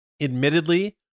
admittedly